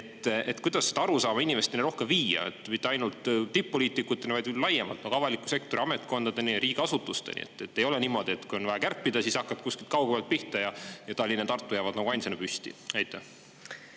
Kuidas seda arusaama inimesteni rohkem viia? Mitte ainult tipp-poliitikuteni, vaid laiemalt avaliku sektori ametkondadeni ja riigiasutusteni. Ei ole niimoodi, et kui on vaja kärpida, siis hakkad kuskilt kaugemalt pihta ning Tallinn ja Tartu jäävad nagu ainsana püsti. Aitäh!